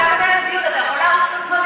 בוא נרים פיליבסטר חדש.